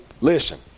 listen